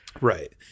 Right